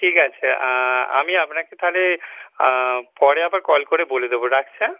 ঠিক আছে আমি আপনাকে তাহলে পরে আবার কল করে বলে দেবো রাখছি হ্যাঁ